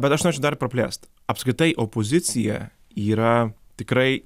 bet aš norėčiau dar praplėst apskritai opozicija yra tikrai